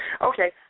Okay